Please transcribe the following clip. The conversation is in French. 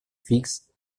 fixe